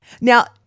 Now